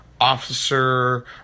Officer